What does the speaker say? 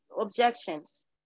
objections